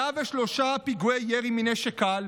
103 פיגועי ירי מנשק קל,